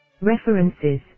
References